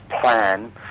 plan